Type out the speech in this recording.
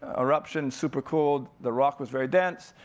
eruptions, super cold, the rock was very dense,